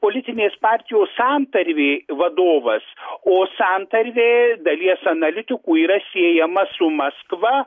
politinės partijos santarvė vadovas o santarvė dalies analitikų yra siejama su maskva